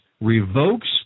revokes